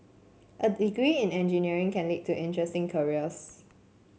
a degree in engineering can lead to interesting careers